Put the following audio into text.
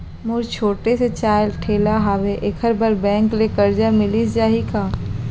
मोर छोटे से चाय ठेला हावे एखर बर बैंक ले करजा मिलिस जाही का?